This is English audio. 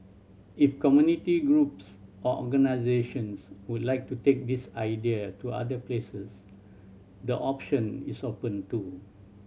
if community groups or organisations would like to take this idea to other places the option is open too